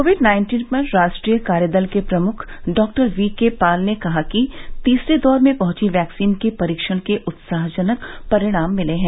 Covid nineteen पर राष्ट्रीय कार्यदल के प्रमुख डॉक्टर वीके पॉल ने कहा कि तीसरे दौर में पहुची वैक्सीन के परीक्षण के उत्साहजनक परिणाम मिले हैं